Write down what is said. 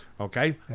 Okay